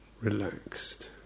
relaxed